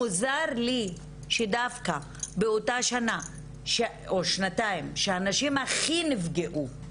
מוזר לי שדווקא באותן שנה או שנתיים שהנשים הכי נפגעו,